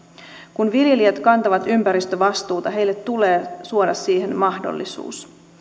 kun viljelijät kantavat ympäristövastuuta heille tulee suoda siihen mahdollisuus